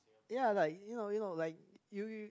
ya like you know you know like you you